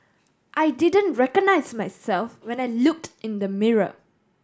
I didn't recognise myself when I looked in the mirror